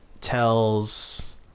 Tells